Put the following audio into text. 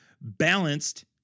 balanced